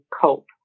cope